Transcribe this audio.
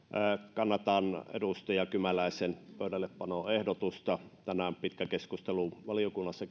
kannatan edustaja kymäläisen pöydällepanoehdotusta tänään käytiin pitkä keskustelu valiokunnassa